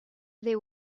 they